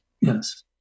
Yes